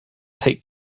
take